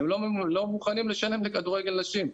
והם לא מוכנים לשלם על כדורגל נשים.